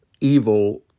evil